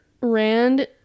rand